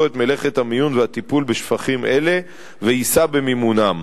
את מלאכת המיון והטיפול בשפכים אלה ויישא במימונם.